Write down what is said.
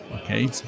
okay